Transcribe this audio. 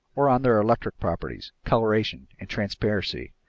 or on their electric properties, coloration, and transparency,